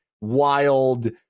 wild